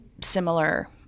similar